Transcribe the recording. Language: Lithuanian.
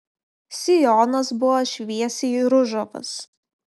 sijonas buvo šviesiai ružavas